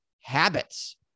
habits